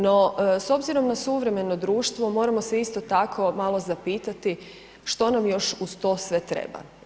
No, s obzirom na suvremeno društvo, moramo se isto tako malo zapitati, što nam još uz to sve treba.